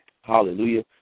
Hallelujah